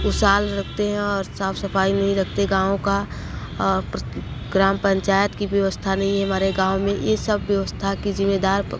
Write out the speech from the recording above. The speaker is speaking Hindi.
खुशहाल रखते हैं और साफ सफाई नहीं रखते गाँव का ग्राम पंचायत की व्यवस्था नहीं है हमारे गाँव में यह सब व्यवस्था की जिम्मेदार तो